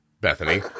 Bethany